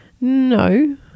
No